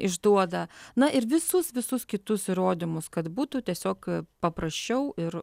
išduoda na ir visus visus kitus įrodymus kad būtų tiesiog paprasčiau ir